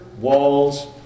walls